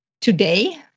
today